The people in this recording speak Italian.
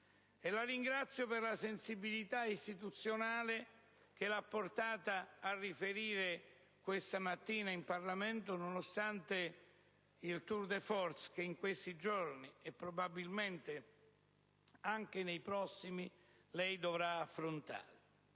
La ringrazio per la sensibilità istituzionale che l'ha portata a riferire questa mattina in Parlamento, nonostante il *tour de force* che in questi giorni e probabilmente anche nei prossimi dovrà continuare